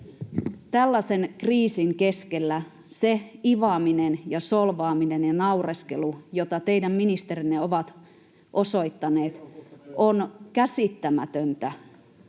Tällaisen kriisin keskellä se ivaaminen ja solvaaminen ja naureskelu, jota teidän ministerinne ovat osoittaneet, on käsittämätöntä.